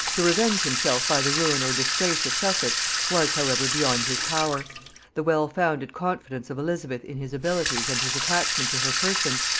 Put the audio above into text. to revenge himself by the ruin or disgrace of sussex was however beyond his power the well-founded confidence of elizabeth in his abilities and his attachment to her person,